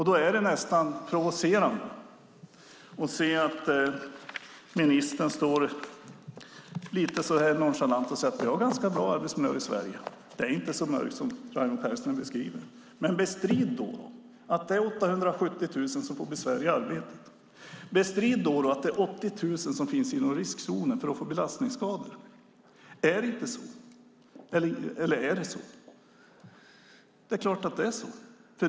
Det är nästan provocerande att ministern lite nonchalant säger att vi har ganska bra arbetsmiljö i Sverige och att det inte är lika mörkt som det Raimo Pärssinen beskriver. Bestrid då att 870 000 får besvär i arbetet. Bestrid att 80 000 finns i riskzonen för belastningsskador. Är det så eller inte? Det är naturligtvis så.